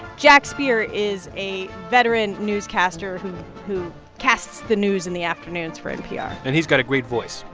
jack speer is a veteran newscaster who casts the news in the afternoons for npr and he's got a great voice.